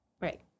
Right